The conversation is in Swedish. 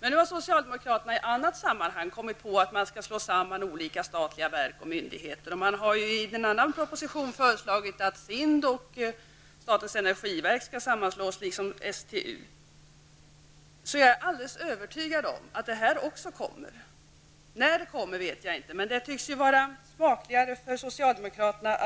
Men nu har socialdemokraterna i ett annat sammanhang kommit på att olika statliga verk och myndigheter skall slås samman. I en annan proposition föreslås att SIND och statens energiverk skall slås samman. STU är också aktuellt i det sammanhanget. Jag är alldeles övertygad om att detta kommer att verkställas. När det blir av vet jag inte. Förslag från regeringen tycks smakligare för socialdemokraterna